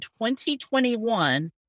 2021